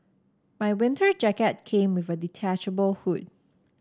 my winter jacket came with a detachable hood